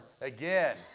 again